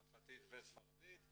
צרפתית וספרדית,